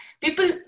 people